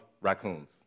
raccoons